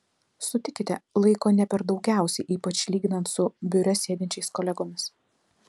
sutikite laiko ne per daugiausiai ypač lyginant su biure sėdinčiais kolegomis